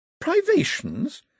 Privations